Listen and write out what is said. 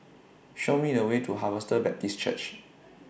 Show Me The Way to Harvester Baptist Church